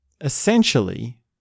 essentially